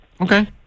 Okay